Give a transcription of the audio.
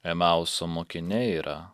emauso mokiniai yra